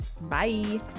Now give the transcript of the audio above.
bye